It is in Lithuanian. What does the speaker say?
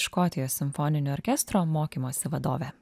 škotijos simfoninio orkestro mokymosi vadove